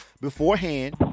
beforehand